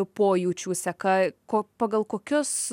pojūčių seka ko pagal kokius